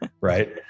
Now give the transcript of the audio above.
Right